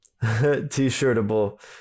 T-shirtable